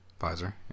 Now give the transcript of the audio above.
Pfizer